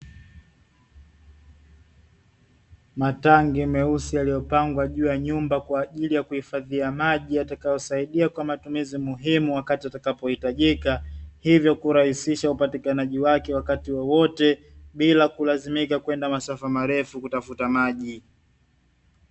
Matangi meusi yaliyopangwa juu ya nyumba, kwajili ya kuhifadhia maji yatakayowasaidia kwa matumizi muhimu wakati yatakapo hitajika, hivyo hurahisisha upatikanaji wake wakati wowote bila kwenda masafa marefu kutafuta maji.